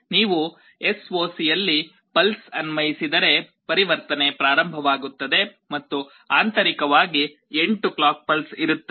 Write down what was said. ನೀವು ಎಸ್ಒಸಿಯಲ್ಲಿ ಪಲ್ಸ್ ಅನ್ವಯಿಸಿದರೆ ಪರಿವರ್ತನೆ ಪ್ರಾರಂಭವಾಗುತ್ತದೆ ಮತ್ತು ಆಂತರಿಕವಾಗಿ 8 ಕ್ಲಾಕ್ ಪಲ್ಸ್ ಇರುತ್ತವೆ